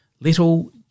Little